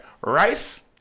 rice